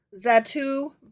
Zatu